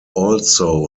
also